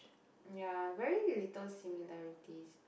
ya very little similarities